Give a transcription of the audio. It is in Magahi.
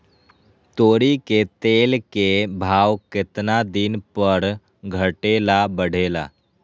तोरी के तेल के भाव केतना दिन पर घटे ला बढ़े ला?